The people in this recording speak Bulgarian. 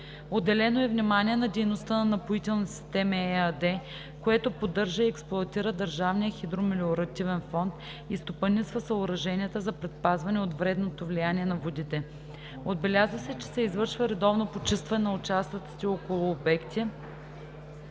Отделено е внимание на дейността на „Напоителни системи“ ЕАД, което поддържа и експлоатира Държавния хидромелиоративен фонд и стопанисва съоръженията за предпазване от вредното влияние на водите. Отбелязва се, че се извършва редовно почистване на участъците около мостове